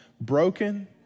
broken